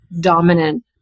Dominant